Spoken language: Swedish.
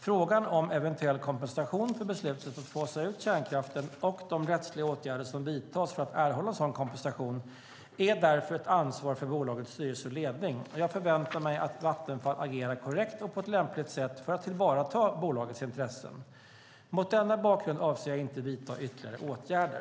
Frågan om eventuell kompensation för beslutet att fasa ut kärnkraften, och de rättsliga åtgärder som vidtas för att erhålla sådan kompensation, är därför ett ansvar för bolagets styrelse och ledning. Jag förväntar mig att Vattenfall agerar korrekt och på ett lämpligt sätt för att tillvarata bolagets intressen. Mot denna bakgrund avser jag inte att vidta ytterligare åtgärder.